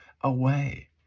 away